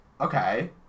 Okay